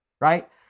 Right